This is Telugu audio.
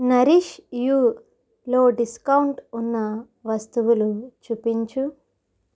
నరిష్ యులో డిస్కౌంట్ ఉన్న వస్తువులు చూపించు